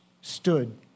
stood